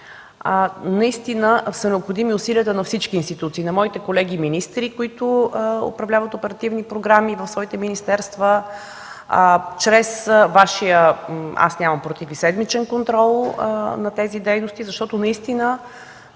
по-скоро, са необходими усилията на всички институции – на моите колеги министри, които управляват оперативни програми в своите министерства, чрез Вашия – нямам против – седмичен контрол на тези дейности, защото тези